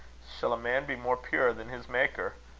shall a man be more pure than his maker?